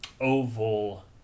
oval